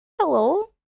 Hello